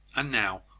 and now,